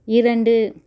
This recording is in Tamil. இரண்டு